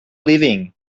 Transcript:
leaving